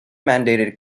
mandated